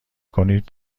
کنید